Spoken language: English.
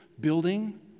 building